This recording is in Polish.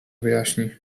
wyjaśni